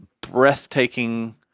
breathtaking